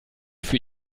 für